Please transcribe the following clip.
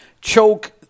choke